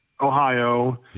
Ohio